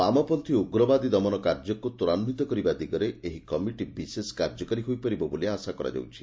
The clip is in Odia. ବାମପଚ୍ଚୀ ଉଗ୍ରବାଦୀ ଦମନ କାର୍ଯ୍ୟକୁ ତ୍ୱରାନ୍ୱିତ କରିବା ଦିଗରେ ଏହି କମିଟି ବିଶେଷ କାର୍ଯ୍ୟକାରୀ ହୋଇପାରିବ ବୋଲି ଆଶା କରାଯାଉଛି